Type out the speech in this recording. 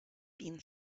been